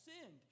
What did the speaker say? sinned